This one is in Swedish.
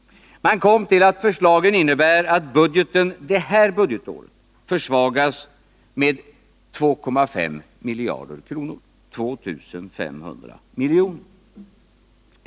Man kom till att förslagen innebär att budgeten det här budgetåret försvagas med 2,5 miljarder kronor — 2 500 miljoner.